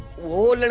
was